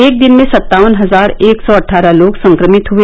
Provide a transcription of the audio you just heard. एक दिन में सत्तावन हजार एक सौ अट्ठारह लोग संक्रमित हुए